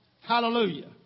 Hallelujah